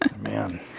Man